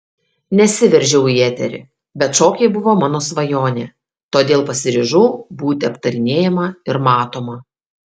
nesiveržiau į eterį bet šokiai buvo mano svajonė todėl pasiryžau būti aptarinėjama ir matoma